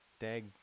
Dag